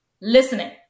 Listening